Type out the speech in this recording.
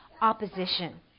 opposition